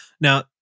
Now